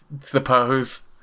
suppose